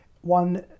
One